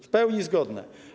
W pełni zgodne.